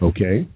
Okay